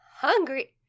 hungry